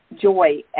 joy